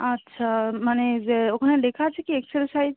আচ্ছা মানে ওখানে লেখা আছে কি এক্সএল সাইজ